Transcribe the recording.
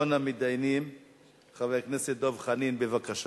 הצעות לסדר-היום שמספרן 7344, 7370, 7377, 7380,